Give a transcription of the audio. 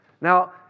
Now